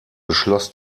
beschloss